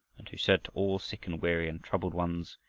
and who said to all sick and weary and troubled ones,